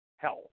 Health